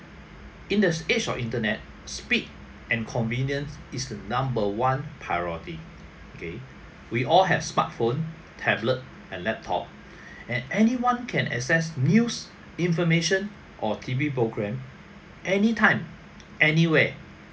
in the age of internet speed and convenience is the number one priority okay we all have smart phone tablet and laptop and anyone can access news information or T_V programme anytime anywhere